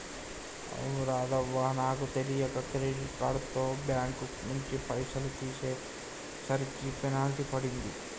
అవును రాధవ్వ నాకు తెలియక క్రెడిట్ కార్డుతో బ్యాంకు నుంచి పైసలు తీసేసరికి పెనాల్టీ పడింది